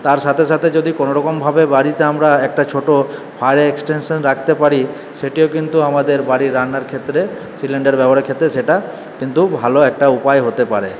তার সাথে সাথে যদি ছোটোরকম ভাবে বাড়িতে আমরা একটা ছোট ফায়ার এক্সটেনশন রাখতে পারি সেটিও কিন্তু আমাদের বাড়ির রান্নার ক্ষেত্রেই সিলিন্ডার ব্যবহার ক্ষেত্রে সেটা কিন্তু ভালো একটা উপায় হতে পারে